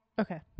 Okay